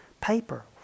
paper